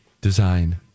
Design